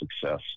success